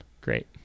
Great